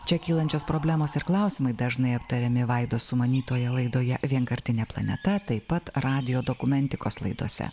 čia kylančios problemos ir klausimai dažnai aptariami vaidos sumanytoje laidoje vienkartinė planeta taip pat radijo dokumentikos laidose